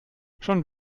schon